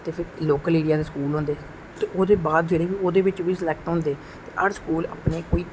ते फिर लोकल एरिये दे स्कूल होंदे ओहदे बाद जेहड़ा बी ओहदे बिच सिलेक्ट होंदे हर स्कूल अपने